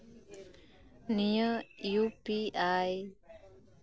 ᱱᱤᱭᱟᱹ U P ᱟᱭ